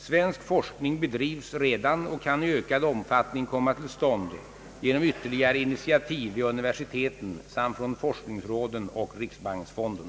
Svensk forskning bedrivs redan och kan i ökad omfattning komma till stånd genom ytterligare initiativ vid univer siteten samt från forskningsråden och riksbanksfonden.